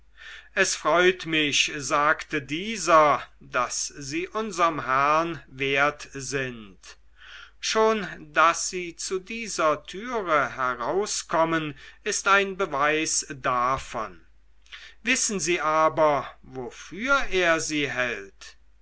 es freut mich sagte dieser daß sie unserm herrn wert sind schon daß sie zu dieser türe herauskommen ist ein beweis davon wissen sie aber wofür er sie hält